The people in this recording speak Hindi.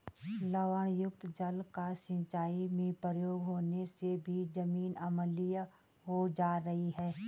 लवणयुक्त जल का सिंचाई में प्रयोग होने से भी जमीन अम्लीय हो जा रही है